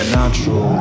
natural